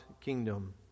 kingdom